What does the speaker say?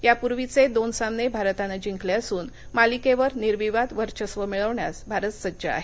यापूर्वीचे दोन सामने भारतानं जिंकले असून मालिकेवर निर्विवाद वर्चस्व मिळवण्यास भारत सज्ज आहे